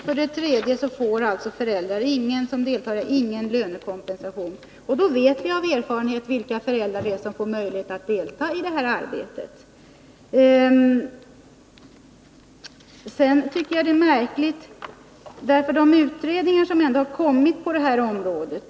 För det tredje får föräldrar som medverkar i skolan ingen lönekompensation, och då vet vi av erfarenhet vilka föräldrar det är som har möjlighet att delta i det här arbetet. Det har ju ändå gjorts utredningar på det här området.